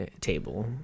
table